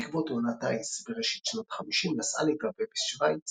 בעקבות תאונת טיס בראשית שנות החמישים נסעה להתרפא בשווייץ,